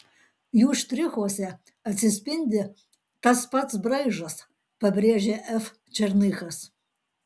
jų štrichuose atsispindi tas pats braižas pabrėžė f černychas